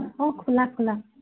অঁ খোলা খোলা